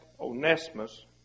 Onesimus